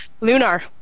Lunar